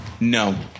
no